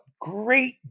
great